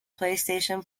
playstation